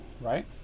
right